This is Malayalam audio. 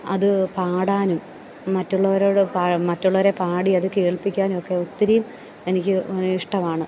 അത് പാടാനും മറ്റുള്ളവരോട് മറ്റുള്ളവരെ പാടി അത് കേൾപ്പിക്കാനുമൊക്കെ ഒത്തിരി എനിക്ക് ഇഷ്ടമാണ്